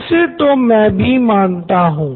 इसे तो मैं भी मानता हूँ